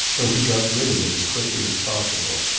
though he got rid of it as quickly as possible.